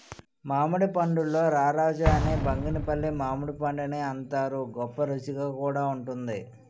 మామిడి పండుల్లో రారాజు అని బంగినిపల్లి మామిడిపండుని అంతారు, గొప్పరుసిగా కూడా వుంటుంది